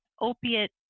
opiate